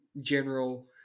general